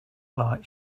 light